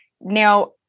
now